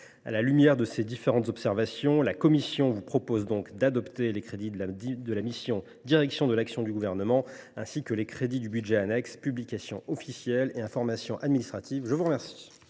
À la lumière de ces différentes observations, la commission vous propose donc d’adopter les crédits de la mission « Direction de l’action du Gouvernement », ainsi que les crédits du budget annexe « Publications officielles et information administrative ». La parole